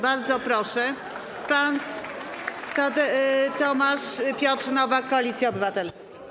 Bardzo proszę, pan poseł Tomasz Piotr Nowak, Koalicja Obywatelska.